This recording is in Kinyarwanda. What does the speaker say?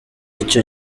icyo